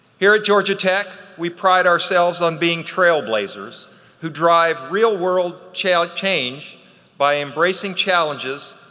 here at georgia tech we pride ourselves on being trailblazers who drive real world change change by embracing challenges,